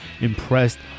impressed